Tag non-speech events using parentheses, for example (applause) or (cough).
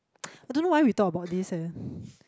(noise) I don't know why we talk about this eh (breath)